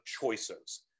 choices